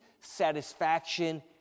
satisfaction